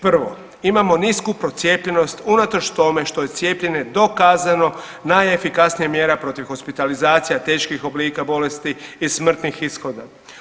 Prvo, imamo nisku procijepljenost unatoč tome što je cijepljenje dokazano najefikasnija mjera protiv hospitalizacija teških oblika bolesti i smrtnih ishoda.